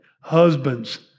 husbands